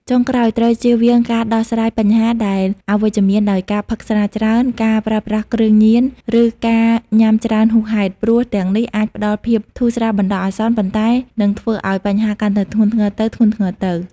ចុងក្រោយត្រូវជៀសវាងការដោះស្រាយបញ្ហាដែលអវិជ្ជមានដោយការផឹកស្រាច្រើន ការប្រើប្រាស់គ្រឿងញៀន ឬការញ៉ាំច្រើនហួសហេតុ ព្រោះទាំងនេះអាចផ្តល់ភាពធូរស្រាលបណ្តោះអាសន្ន ប៉ុន្តែនឹងធ្វើឱ្យបញ្ហាកាន់តែធ្ងន់ធ្ងរទៅៗ។